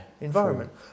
environment